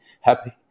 happy